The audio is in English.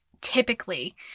typically